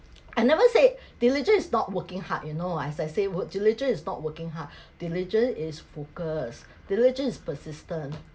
I never said diligence it's not working hard you know as I said diligence is not working hard diligent is focus diligent is persistence